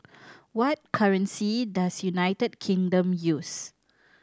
what currency does United Kingdom use